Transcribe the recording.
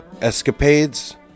escapades